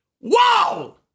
Wow